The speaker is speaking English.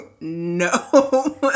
No